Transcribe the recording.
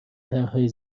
طرحهای